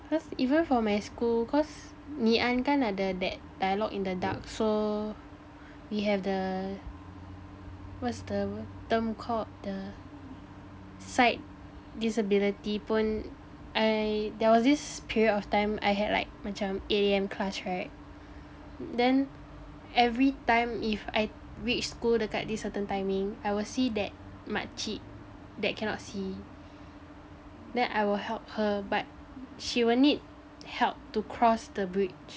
cause even for my school cause Ngee An kan ada that dialogue in the dark so we have the what's the term called the sight disability pun I there was this period of time I had like macam A_M class right then every time if I reach school dekat this certain timing I will see that makcik that cannot see then I will help her but she will need help to cross the bridge